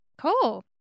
Cool